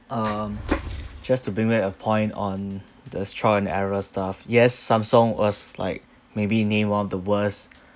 um just to bring back a point on this trial and error stuff yes Samsung was like maybe named one of the worst